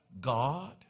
God